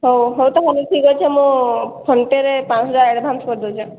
ହେଉ ହେଉ ତା ହେଲେ ଠିକ ଅଛେ ମୁଁ ଫୋନ ପେ'ରେ ପାଞ୍ଚଶହ ଟଙ୍କା ଆଡ଼ଭାନ୍ସ କରି ଦେଉଛନ୍